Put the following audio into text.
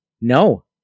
No